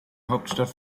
hauptstadt